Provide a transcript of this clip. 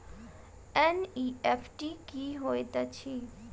NEFT की होइत अछि?